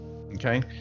Okay